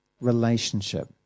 relationship